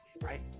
right